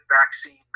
vaccine